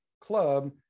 club